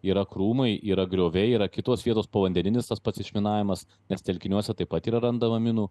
yra krūmai yra grioviai yra kitos vietos povandeninis tas pats išminavimas nes telkiniuose taip pat yra randama minų